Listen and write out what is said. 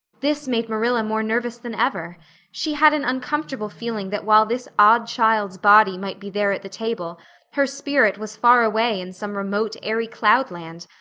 this made marilla more nervous than ever she had an uncomfortable feeling that while this odd child's body might be there at the table her spirit was far away in some remote airy cloudland,